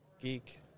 geek